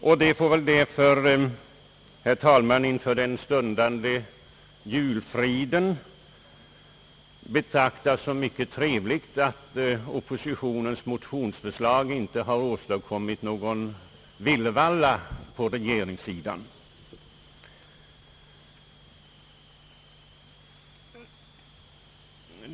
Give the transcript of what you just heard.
Inför den stundande julfriden får det väl, herr talman, betraktas som mycket trevligt att oppositionens motionsförslag inte åstadkommit någon villervalla på regeringssidan.